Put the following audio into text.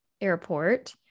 airport